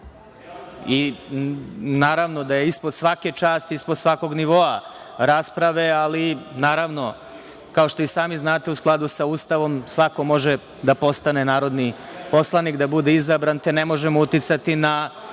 Naravno da je ispod svake časti, ispod svakog nivoa rasprave, ali kao što i sami znate u skladu sa Ustavom svako može da postane narodni poslanik, da bude izabran, te ne možemo uticati na